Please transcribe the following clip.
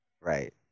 right